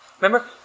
Remember